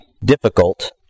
difficult